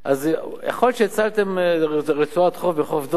אז יכול להיות שהצלתם רצועת חוף בחוף דור,